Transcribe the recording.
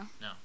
No